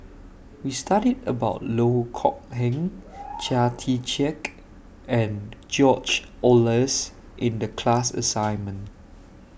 We studied about Loh Kok Heng Chia Tee Chiak and George Oehlers in The class assignment